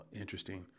interesting